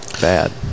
bad